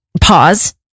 pause